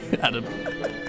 Adam